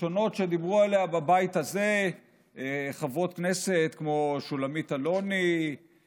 הראשונות שדיברו עליה בבית הזה היו חברות כנסת כמו שולמית אלוני,